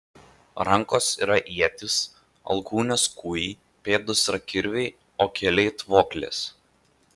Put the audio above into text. rankos yra ietys alkūnės kūjai pėdos yra kirviai o keliai tvoklės